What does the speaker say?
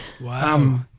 Wow